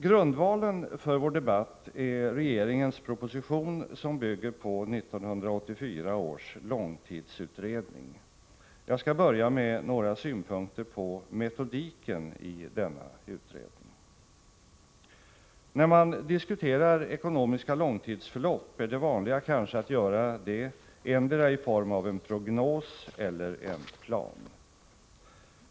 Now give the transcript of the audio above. Grundvalen för vår debatt är regeringens proposition, som bygger på 1984 års långtidsutredning. Jag skall börja med några synpunkter på metodiken i denna utredning. När man diskuterar ekonomiska långtidsförlopp är det vanliga kanske att 19 politiken på medellång sikt göra detta i form av endera en prognos eller en plan.